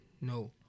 No